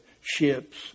ships